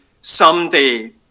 Someday